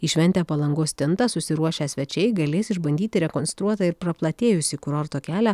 į šventę palangos stinta susiruošę svečiai galės išbandyti rekonstruotą ir praplatėjusį kurorto kelią